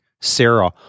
Sarah